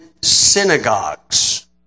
synagogues